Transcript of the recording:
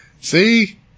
See